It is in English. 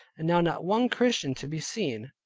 and now not one christian to be seen,